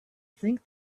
think